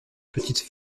petites